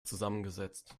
zusammengesetzt